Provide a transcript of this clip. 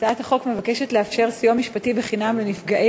הצעת החוק מבקשת לאפשר סיוע משפטי בחינם לנפגעי